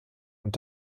und